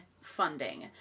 funding